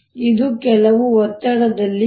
ಇದು ಕೆಲವು ಒತ್ತಡದಲ್ಲಿ p